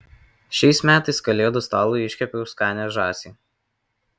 šiais metais kalėdų stalui iškepiau skanią žąsį